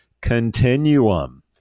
continuum